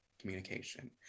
communication